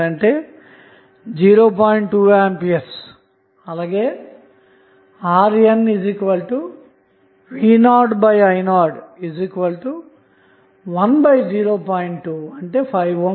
2 5 అవుతుంది